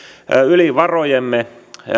yli varojemme